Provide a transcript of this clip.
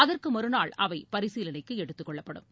அதற்கு மறுநாள் அவை பரிசீலனைக்கு எடுத்துக்கொள்ளப்படுகின்றன